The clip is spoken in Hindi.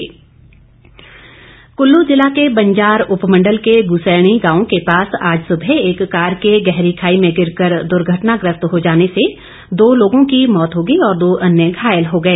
दुर्घटना कुल्लू जिला के बंजार उपलमंडल के गुसैणी गांव के पास आज सुबह एक कार के गहरी खाई में गिर कर दुर्घटनाग्रस्त हो जाने से दो लोगों की मौत हो गई और दो अन्य घायल हो गए